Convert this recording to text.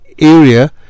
area